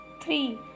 Three